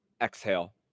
exhale